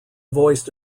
voiced